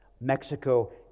Mexico